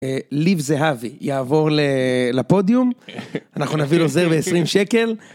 ליב זהבי יעבור לפודיום, אנחנו נביא לו זר בעשרים שקל.